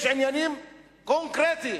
יש עניינים קונקרטיים.